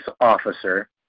officer